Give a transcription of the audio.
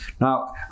Now